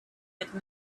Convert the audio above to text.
had